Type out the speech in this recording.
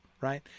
right